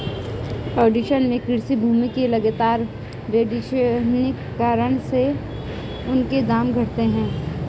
ओडिशा में कृषि भूमि के लगातर रेगिस्तानीकरण होने से उनके दाम घटे हैं